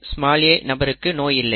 XAXa நபருக்கு நோய் இல்லை